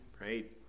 right